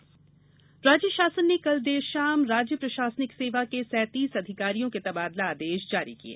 स्थानांतरण राज्य शासन ने कल देर शाम राज्य प्रशासनिक सेवा के सैतीस अधिकारियों के तबादला आदेश जारी किये